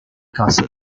castle